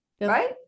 right